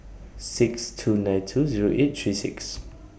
six two nine two Zero eight three six